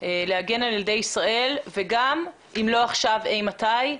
להגן על ילדי ישראל וגם אם לא עכשיו, אימתי.